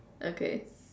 okay